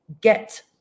get